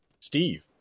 Steve